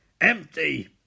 Empty